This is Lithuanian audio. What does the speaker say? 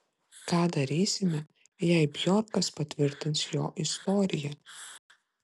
ką darysime jei bjorkas patvirtins jo istoriją